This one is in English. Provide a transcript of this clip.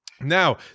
Now